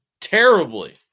terribly